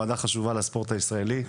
ועדה חשובה לספורט הישראלי.